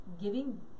giving